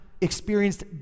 experienced